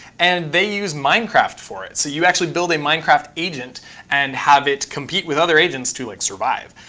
and they use minecraft for it. so you actually build a minecraft agent and have it compete with other agents to like survive.